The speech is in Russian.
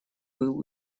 был